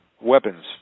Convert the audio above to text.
weapons